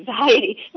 anxiety